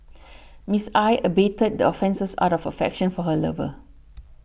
Miss I abetted the offences out of affection for her lover